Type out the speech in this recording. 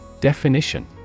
Definition